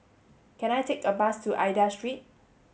can I take a bus to Aida Street